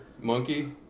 monkey